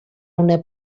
una